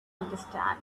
understand